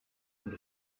und